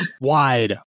wide